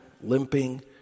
limping